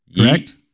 Correct